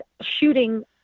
shooting